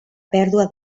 pèrdua